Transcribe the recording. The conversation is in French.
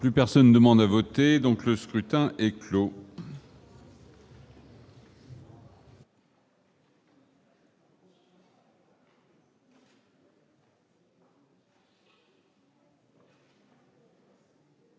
plus personne ne demande à voter, donc le scrutin est clos.